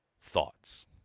thoughts